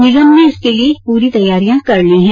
निगम ने इसके लिये पूरी तैयारियां कर ली है